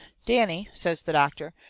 danny, says the doctor,